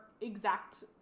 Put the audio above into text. exact